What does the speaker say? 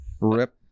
Rip